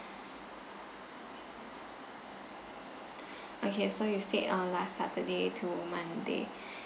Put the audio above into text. okay so you stayed uh last saturday to monday